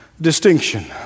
distinction